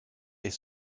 est